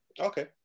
Okay